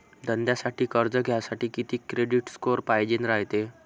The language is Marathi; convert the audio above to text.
धंद्यासाठी कर्ज घ्यासाठी कितीक क्रेडिट स्कोर पायजेन रायते?